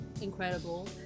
incredible